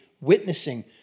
witnessing